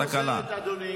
הצבעה חוזרת, אדוני.